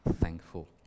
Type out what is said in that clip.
thankful